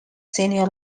senior